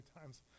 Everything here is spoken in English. times